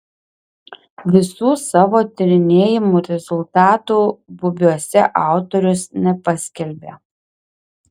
visų savo tyrinėjimų rezultatų bubiuose autorius nepaskelbė